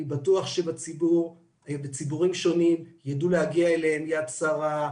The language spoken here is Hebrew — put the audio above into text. אני בטוח שבציבורים שונים יידעו להגיע אליהם יד שרה,